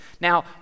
Now